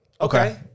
Okay